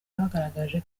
bagaragaje